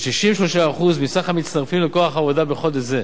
כ-63% מסך המצטרפים לכוח העבודה בחודש זה.